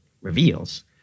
reveals